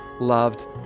loved